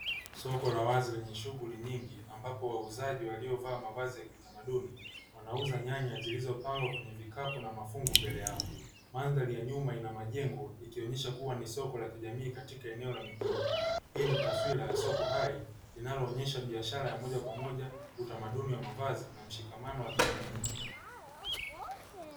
Soko la wazi lenye shughuli nyingi ambapo wauzaji waliovaa mavazi ya kiutamaduni wanauza nyanya zilizopangwa kwenye vikapu na mafungu mbele yao. Mandhari ya nyuma ina majengo ikionyesha kuwa ni soko la kijamii katika eneo la mjini. Hii ni taswira ya soko hai linaloonyesha biashara ya moja kwa moja, utamaduni wa mavazi na mshikamano wa kijamii